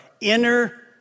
inner